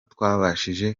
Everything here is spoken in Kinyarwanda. twabashije